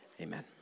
Amen